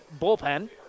bullpen